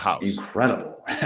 Incredible